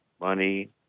money